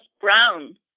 brown